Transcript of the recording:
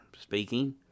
speaking